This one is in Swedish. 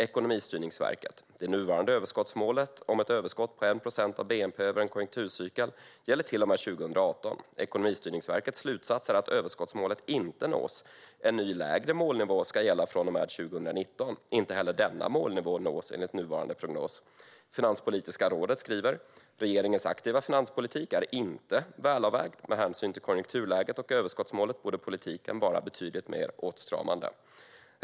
Ekonomistyrningsverket skriver: "Det nuvarande överskottsmålet, om ett överskott på 1 procent av BNP över en konjunkturcykel, gäller till och med 2018. ESV:s slutsats är att överskottsmålet inte nås. En ny lägre målnivå ska gälla från och med 2019. Inte heller denna målnivå nås enligt nuvarande prognos." Finanspolitiska rådet skriver: "Regeringens aktiva finanspolitik är inte välavvägd. Med hänsyn till konjunkturläget och överskottsmålet borde politiken vara betydligt mer åtstramande."